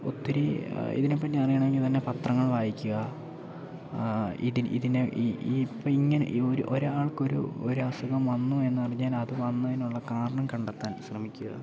ഒത്തിരി ഇതിനെ പറ്റി അറിയണമെങ്കിൽ തന്നെ പത്രങ്ങൾ വായിക്കുക ഇതിൻ ഇതിന് ഈ ഈ ഇപ്പോൾ ഇങ്ങനെ ഒരാൾക്ക് ഒരു ഒരു അസുഖം വന്നു എന്നറിഞ്ഞാൽ അത് വന്നതിനുള്ള കാരണം കണ്ടെത്താൻ ശ്രമിക്കുക